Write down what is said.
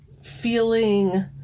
feeling